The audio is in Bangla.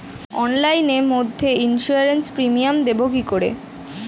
অনলাইনে মধ্যে ইন্সুরেন্স প্রিমিয়াম দেবো কি করে?